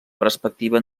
perspectiva